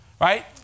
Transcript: Right